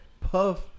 Puff